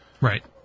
Right